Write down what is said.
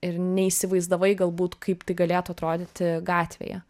ir neįsivaizdavai galbūt kaip tai galėtų atrodyti gatvėje